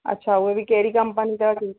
अच्छा उहे बि कहिड़ी कंपनीअ जा